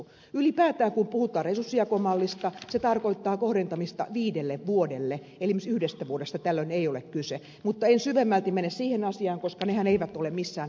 ylipäätään kun puhutaan resurssijakomallista se tarkoittaa kohdentamista viidelle vuodelle eli esimerkiksi yhdestä vuodesta tällöin ei ole kysymys mutta en syvemmälti mene siihen asiaan koska ne eivät ole missään vahvistettuja